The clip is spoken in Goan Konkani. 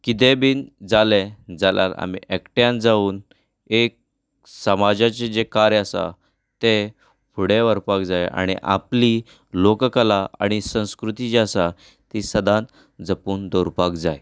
कितेंय बी जालें जाल्यार आमी एकठांय जावून एक समाजाचें जें कार्य आसा तें फुडें व्हरपाक जाय आनी आपली लोककला आनी संस्कृती जी आसा ती सदांच जपून दवरपाक जाय